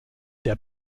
der